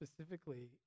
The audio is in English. specifically